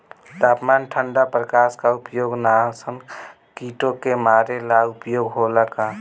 तापमान ठण्ड प्रकास का उपयोग नाशक कीटो के मारे ला उपयोग होला का?